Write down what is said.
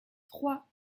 trois